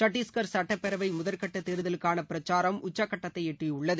சத்தீஸ்கள் சுட்டப்பேரவை முதற்கட்ட தேர்தலுக்கான பிரச்சாரம் உச்சக்கட்டத்தை எட்டியுள்ளது